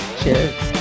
Cheers